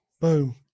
Boom